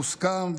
מוסכם,